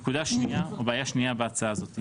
נקודה שנייה או בעיה שנייה בהצעה הזאת,